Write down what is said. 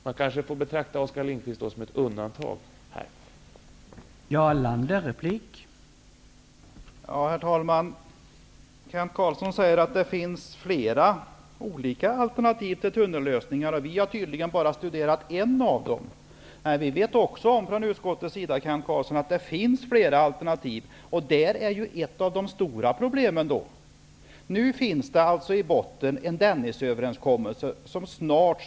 Man kanske får betrakta Oskar Lindkvist som ett undantag i detta avseende.